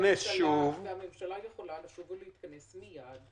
הממשלה יכולה לשוב ולהתכנס מייד,